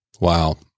Wow